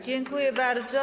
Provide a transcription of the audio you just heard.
Dziękuję bardzo.